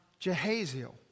Jehaziel